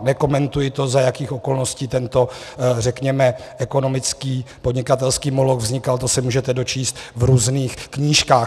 Nekomentuji to, za jakých okolností tento řekněme ekonomický podnikatelský moloch vznikal, to se můžete dočíst v různých knížkách.